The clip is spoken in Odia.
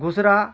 ଘୁଷୁରା